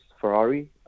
Ferrari